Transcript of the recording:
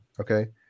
okay